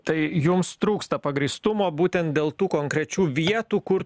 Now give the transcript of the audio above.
tai jums trūksta pagrįstumo būtent dėl tų konkrečių vietų kur